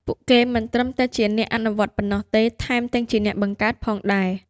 ពួកគេមិនត្រឹមតែជាអ្នកអនុវត្តប៉ុណ្ណោះទេ ថែមទាំងជាអ្នកបង្កើតផងដែរ។